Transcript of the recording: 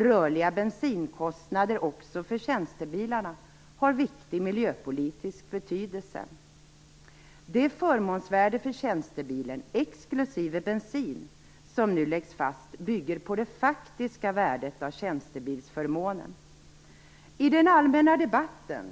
Rörliga bensinkostnader också för tjänstebilarna har en viktig miljöpolitisk betydelse. I den allmänna debatten,